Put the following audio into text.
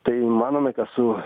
tai manome kad su